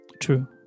true